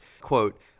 Quote